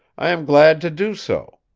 i am glad to do so.